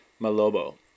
Malobo